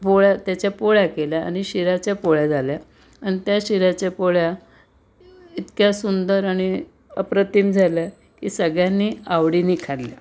पोळ्या त्याच्या पोळ्या केल्या आणि शिऱ्याच्या पोळ्या झाल्या आणि त्या शिऱ्याच्या पोळ्या इतक्या सुंदर आणि अप्रतिम झाल्या की सगळ्यांनी आवडीने खाल्ल्या